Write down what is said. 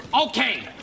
Okay